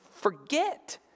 forget